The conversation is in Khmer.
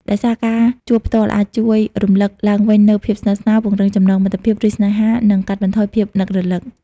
ដោយសារ ការជួបផ្ទាល់អាចជួយរំលឹកឡើងវិញនូវភាពស្និទ្ធស្នាល ពង្រឹងចំណងមិត្តភាព ឬស្នេហា និងកាត់បន្ថយភាពនឹករលឹក។